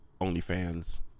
OnlyFans